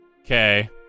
Okay